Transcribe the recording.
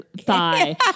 thigh